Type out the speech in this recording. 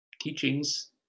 teachings